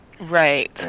Right